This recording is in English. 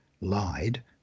lied